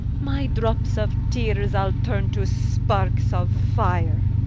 my drops of teares, ile turne to sparkes of fire